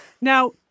Now